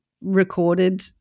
recorded